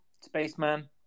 Spaceman